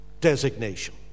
designation